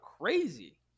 crazy